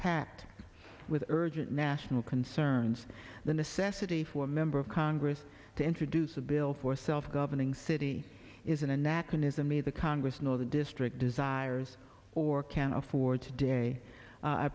packed with urgent national concerns the necessity for a member of congress to introduce a bill for self governing city is an anachronism either congress nor the district desires or can afford today i